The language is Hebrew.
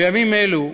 בימים אלו,